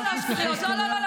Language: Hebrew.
חברת הכנסת תמנו, נא לסיים.